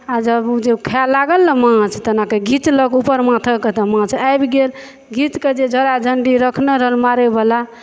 आ जब ऊ जे खाए लागल ने माछ तऽ एनाकऽ घिचलक ऊपर माथकऽ तऽ माछ आबि गेल घीचकऽ जे झोरा झण्डी रखने रहल मारैबला